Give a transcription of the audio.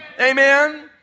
Amen